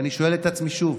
ואני שואל את עצמי שוב: